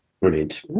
Brilliant